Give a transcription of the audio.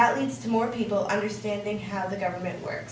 that leads to more people understanding how the government work